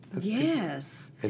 Yes